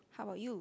how bout you